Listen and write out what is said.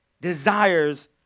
desires